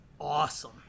awesome